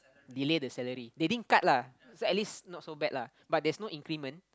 delay the salary they didn't cut lah so at least not so bad lah but there's no increment